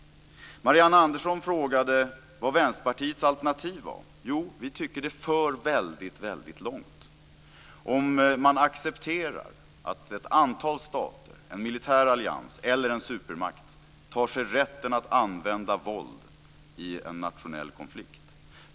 Marianne Andersson frågade vad Vänsterpartiets alternativ var. Vi tycker det för väldigt långt om man accepterar att ett antal stater, en militär allians eller en supermakt tar sig rätten att använda våld i en nationell konflikt.